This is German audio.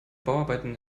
bauarbeiten